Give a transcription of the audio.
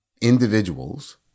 Individuals